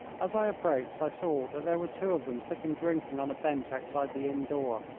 as i approached i saw that there were two of them sitting drinking on a bench outside the inn door.